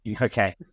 Okay